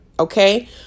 Okay